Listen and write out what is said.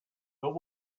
but